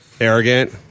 arrogant